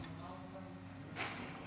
ללמד את חבריי